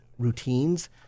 routines